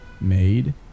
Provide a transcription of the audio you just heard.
made